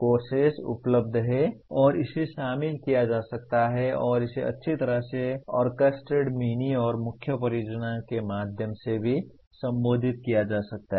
courses उपलब्ध हैं और इसे शामिल किया जा सकता है और इसे अच्छी तरह से ऑर्केस्ट्रेटेड मिनी और मुख्य परियोजनाओं के माध्यम से भी संबोधित किया जा सकता है